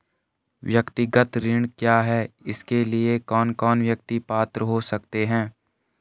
व्यक्तिगत ऋण क्या है इसके लिए कौन कौन व्यक्ति पात्र हो सकते हैं?